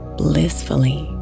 blissfully